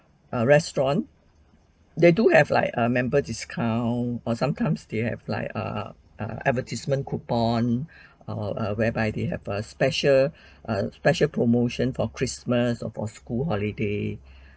a restaurant they do have like a member discount or sometimes they have like err err advertisement coupon err whereby they have a special a special promotion for christmas or for school holiday